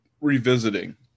revisiting